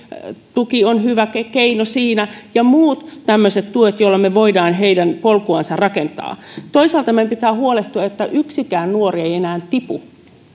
on hyvä keino siinä ja muut tämmöiset tuet joilla me voimme heidän polkuansa rakentaa toisaalta meidän pitää huolehtia että yksikään nuori ei enää tipu